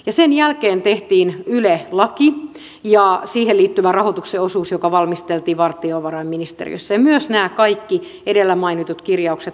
ja sen jälkeen tehtiin yle laki ja siihen liittyvä rahoituksen osuus joka valmisteltiin valtiovarainministeriössä ja myös nämä kaikki edellä mainitut kirjaukset toistetaan näissä esityksissä